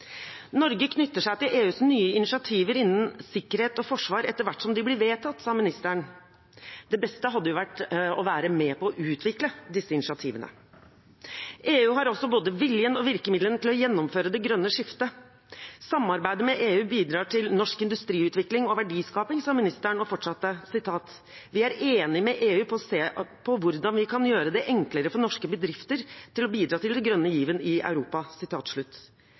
Norge knytter seg til EUs nye initiativer innen sikkerhet og forsvar etter hvert som de blir vedtatt. Det beste hadde jo vært å være med på å utvikle disse initiativene. EU har også både viljen og virkemidlene til å gjennomføre det grønne skiftet. Samarbeidet med EU bidrar til norsk industriutvikling og verdiskaping, sa ministeren, og fortsatte: «Vi er enige med EU om sammen å se på hvordan vi kan gjøre det enklere for norske bedrifter å bidra til den grønne given i Europa.»